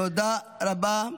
תודה רבה.